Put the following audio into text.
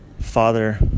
Father